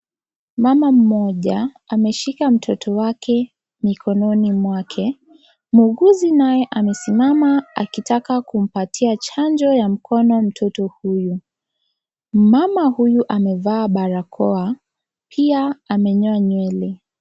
Mama mmoja ameshika mtoto wake mikononi mwake, muuguzi naye anasimama akitaka kumpatia chanjo ya mkono mtoto huyu, mama huyu amevaa barakoa pia amenyoa nywele